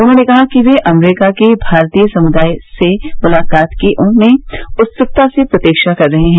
उन्होंने कहा कि वे अमरीका के भारतीय समुदाय से मुलाकात की उत्सुकता से प्रतीक्षा कर रहे हैं